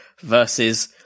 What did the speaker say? versus